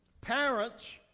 parents